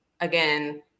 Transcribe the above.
again